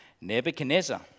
Nebuchadnezzar